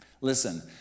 Listen